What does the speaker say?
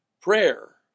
prayer